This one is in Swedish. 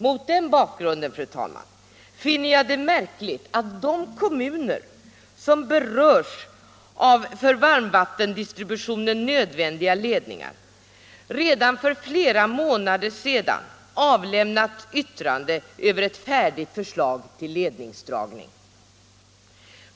Mot den bakgrunden, fru talman, finner jag det märkligt att de kommuner som berörs av för varmvattendistributionen nödvändiga ledningar redan för flera månader sedan avlämnat yttrande över ett färdigt förslag till ledningsdragning.